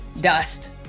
dust